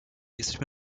jesteśmy